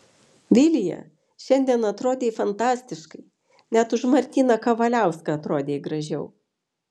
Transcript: vilija šiandien atrodei fantastiškai net už martyną kavaliauską atrodei gražiau